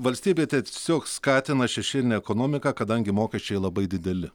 valstybė tiesiog skatina šešėlinę ekonomiką kadangi mokesčiai labai dideli